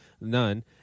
none